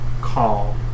call